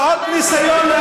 אני שמעתי.